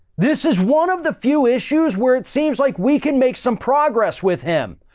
this is one of the few issues where it seems like we can make some progress with him,